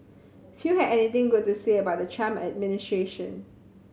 few had anything good to say about the Trump administration